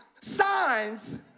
Signs